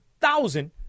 thousand